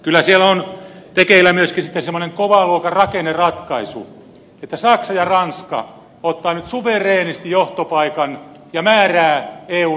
kyllä siellä on tekeillä myöskin semmoinen kovan luokan rakenneratkaisu että saksa ja ranska ottavat nyt suvereenisti johtopaikan ja määräävät eun agendan